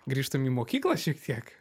grįžtam į mokyklą šiek tiek